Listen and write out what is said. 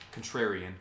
contrarian